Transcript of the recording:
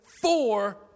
four